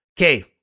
Okay